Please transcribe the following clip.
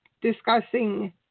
discussing